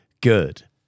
Good